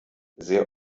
sehr